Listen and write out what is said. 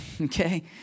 Okay